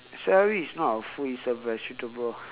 celery is not a food it's a vegetable